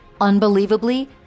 Unbelievably